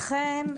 לכן,